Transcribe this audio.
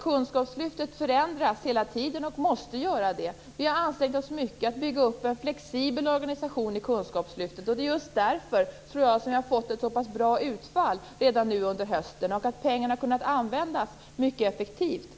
Kunskapslyftet förändras hela tiden - och måste göra det. Vi har ansträngt oss mycket för att bygga upp en flexibel organisation i kunskapslyftet. Det är just därför, tror jag, som vi har fått ett så pass bra utfall redan nu under hösten, och att pengarna har kunnat användas mycket effektivt.